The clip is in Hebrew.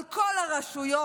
הדמוקרטית,